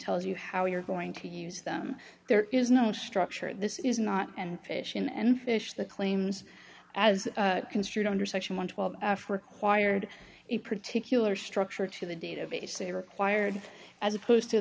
tells you how you're going to use them there is no structure this is not and fish in and fish the claims as construed under section one twelve for quired a particular structure to the database a required as opposed to